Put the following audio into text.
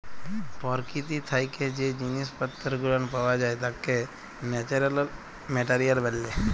পরকীতি থাইকে জ্যে জিনিস পত্তর গুলান পাওয়া যাই ত্যাকে ন্যাচারাল মেটারিয়াল ব্যলে